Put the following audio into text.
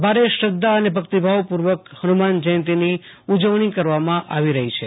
ભારે શ્રધ્ધા ભક્તિભાવ પુર્વક હનુ માન જયંતીની ઉજવણી કરવામાં આવી રહી છે